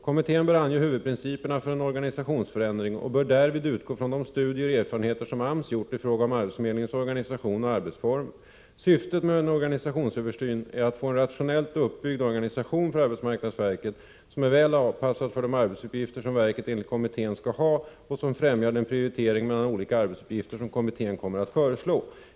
Kommittén bör ange huvudprinciperna för en organisationsförändring och bör därvid utgå ifrån de studier och erfarenheter som AMS gjort ifråga om arbetsförmedlingens organisation och arbetsformer . Syftet med en organisationsöversyn är att få en rationellt uppbyggd organisation för arbetsmarknadsverket som är väl avpassad för de arbetsuppgifter som verket enligt kommittén skall ha och som främjar den prioritering mellan olika arbetsuppgifter som kommittén kommer att föreslå.